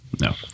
No